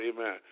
Amen